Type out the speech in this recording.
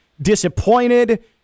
disappointed